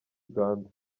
uganda